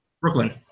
Brooklyn